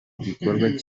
igikorwa